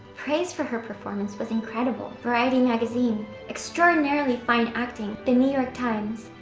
praise for her performance was incredible. variety magazine extraordinarily fine acting. the new york times,